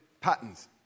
patterns